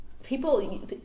people